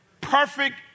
perfect